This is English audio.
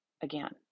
again